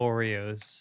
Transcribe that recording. Oreos